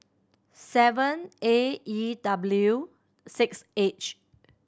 seven A E W six H